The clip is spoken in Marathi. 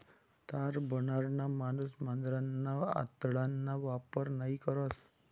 तार बनाडणारा माणूस मांजरना आतडाना वापर नयी करस